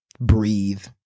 breathe